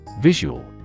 Visual